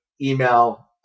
email